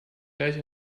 gleich